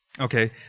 okay